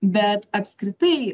bet apskritai